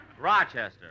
Rochester